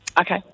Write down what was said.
Okay